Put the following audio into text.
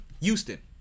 Houston